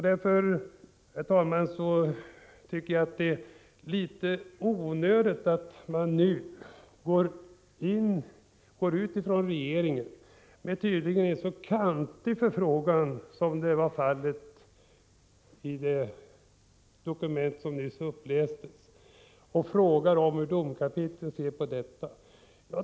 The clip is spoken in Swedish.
Därför är det, herr talman, litet onödigt att regeringen nu går ut med en så kantig förfrågan, som tydligen var fallet i det dokument som nyss upplästes, och frågar hur domkapitlen ser på detta.